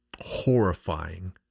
horrifying